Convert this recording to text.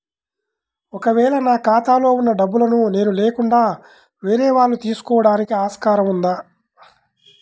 ఒక వేళ నా ఖాతాలో వున్న డబ్బులను నేను లేకుండా వేరే వాళ్ళు తీసుకోవడానికి ఆస్కారం ఉందా?